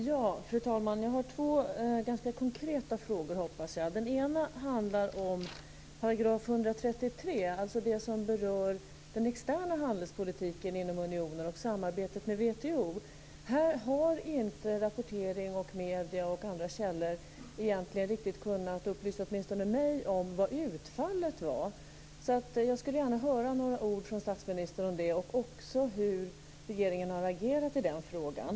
Fru talman! Jag har två ganska konkreta frågor, hoppas jag. Den ena handlar om § 133, alltså det som berör den externa handelspolitiken inom unionen och samarbetet med WTO. Här har inte rapportering från medier och andra källor riktigt kunnat upplysa åtminstone mig om utfallet. Jag skulle gärna vilja höra några ord från statsministern om det och också om hur regeringen har agerat i frågan.